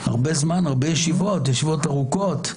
הרבה זמן, הרבה ישיבות, ישיבות ארוכות.